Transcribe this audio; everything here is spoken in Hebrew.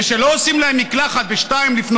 ושלא עושים להם מקלחת ב-02:00,